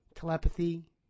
telepathy